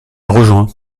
rejoint